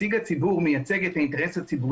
אני רוצה לשמוע כדי לתת קצת תמונה של איך הדברים התפתחו